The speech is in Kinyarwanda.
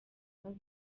babi